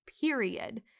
period